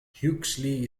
huxley